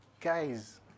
guys